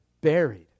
buried